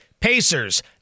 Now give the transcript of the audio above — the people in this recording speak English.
Pacers